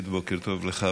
בוקר טוב לך.